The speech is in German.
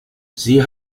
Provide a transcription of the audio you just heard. sie